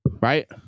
right